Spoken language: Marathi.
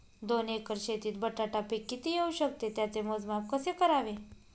दोन एकर शेतीत बटाटा पीक किती येवू शकते? त्याचे मोजमाप कसे करावे?